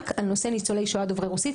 על הנושא של ניצולי שואה דוברי רוסית,